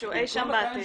מתי שהוא, אי שם בעתיד.